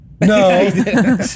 No